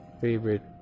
favorite